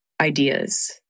ideas